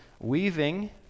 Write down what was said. weaving